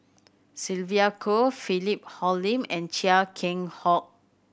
Sylvia Kho Philip Hoalim and Chia Keng Hock